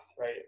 right